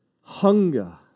hunger